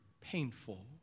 painful